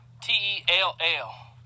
T-E-L-L